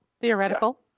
theoretical